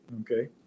okay